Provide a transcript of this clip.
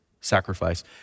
sacrifice